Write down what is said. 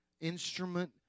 instrument